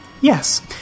Yes